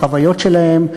את החוויות שלהם,